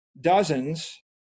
dozens